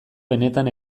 benetan